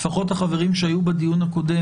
לפחות החברים שהיו בדיון הקודם,